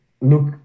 look